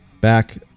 Back